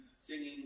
singing